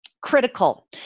critical